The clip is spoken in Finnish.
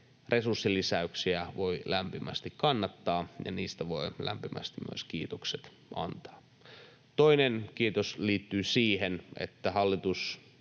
resurssilisäyksiä voi lämpimästi kannattaa, ja niistä voi lämpimästi myös kiitokset antaa. Toinen kiitos liittyy siihen, että hallitus